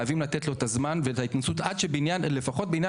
חייבים לתת לו את הזמן ואת ההתנסות עד שלפחות בניין